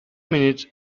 minutes